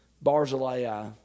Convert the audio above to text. Barzillai